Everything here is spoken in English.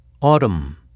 autumn